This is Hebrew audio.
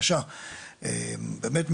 הבקשה באמת,